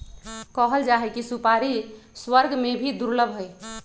कहल जाहई कि सुपारी स्वर्ग में भी दुर्लभ हई